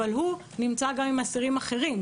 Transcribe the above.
אבל הוא נמצא גם עם אסירים אחרים.